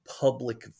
public